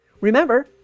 Remember